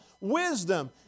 Wisdom